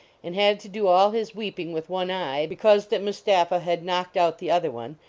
and had to do all his weeping with one eye, because that mutapha had knocked out the other one,